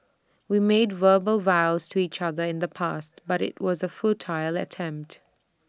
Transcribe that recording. we made verbal vows to each other in the past but IT was A futile attempt